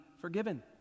forgiven